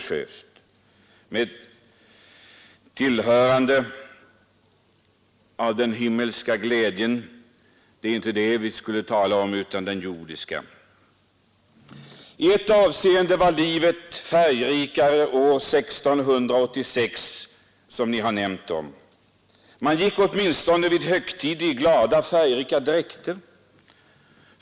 I ett avseende var livet färgrikare år 1686. Man gick åtminstone vid högtid i glada, färgrika dräkter.